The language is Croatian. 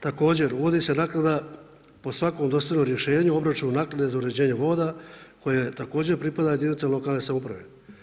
Također uvodi se naknada po svakom dostavljanom rješenju, obračunu naknade za uređenje voda, koje također pripada jedinica lokalne samouprave.